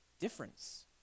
difference